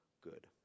good